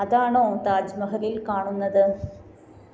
അതാണോ താജ്മഹലിൽ കാണുന്നത്